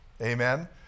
Amen